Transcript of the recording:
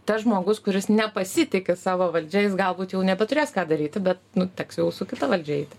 tas žmogus kuris nepasitiki savo valdžia jis galbūt jau nebeturės ką daryti bet nu teks jau su kita valdžia eiti